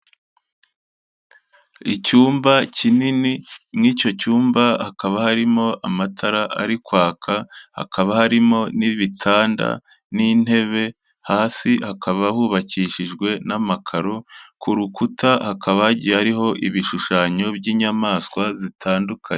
Icyumba kinini, muri icyo cyumba hakaba harimo amatara ari kwaka, hakaba harimo n'ibitanda, n'intebe, hasi hakaba hubakishijwe n'amakaro, ku rukuta hakaba hagiye hariho ibishushanyo by'inyamaswa zitandukanye.